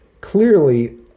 clearly